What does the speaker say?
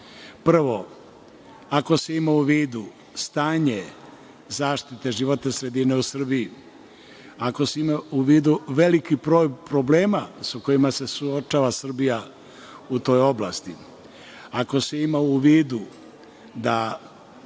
Prvo, ako se ima u vidu zaštite životne sredine u Srbiji, ako se ima u vidu veliki broj problema sa kojima se suočava Srbija u toj oblasti, ako se ima u vidu da